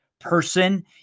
Person